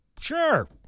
sure